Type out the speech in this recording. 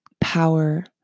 power